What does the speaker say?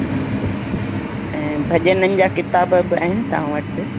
जी जी ऐं भॼननि जा किताब बि आहिनि तव्हां वटि